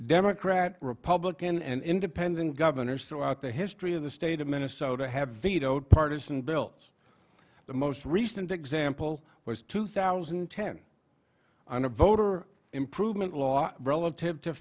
democrat republican and independent governors throughout the history of the state of minnesota have vetoed partisan built the most recent example was two thousand and ten on a voter improvement law relative to